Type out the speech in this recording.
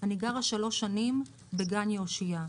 אני גרה שלוש שנים בגן יאשיה,